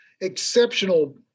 exceptional